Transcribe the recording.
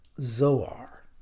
Zoar